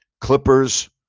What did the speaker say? Clippers